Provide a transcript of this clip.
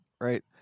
right